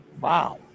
wow